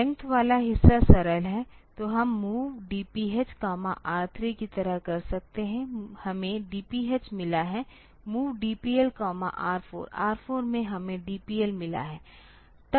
length वाला हिस्सा सरल है तो हम MOV DPH R3 की तरह कर सकते हैं हमें DPH मिलता है MOV DPLR4 R 4 से हमें DPL मिलता है